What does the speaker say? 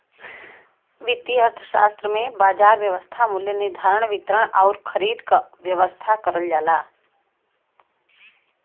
वित्तीय अर्थशास्त्र में बाजार व्यवस्था मूल्य निर्धारण, वितरण आउर खरीद क व्यवस्था करल जाला